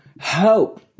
hope